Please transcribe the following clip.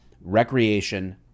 recreation